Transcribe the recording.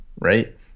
right